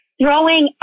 throwing